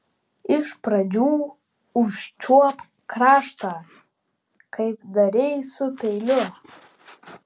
iš pradžių užčiuopk kraštą kaip darei su peiliu